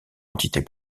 entité